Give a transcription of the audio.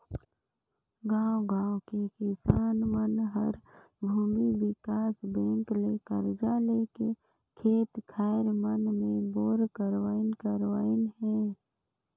गांव गांव के किसान मन हर भूमि विकास बेंक ले करजा लेके खेत खार मन मे बोर करवाइन करवाइन हें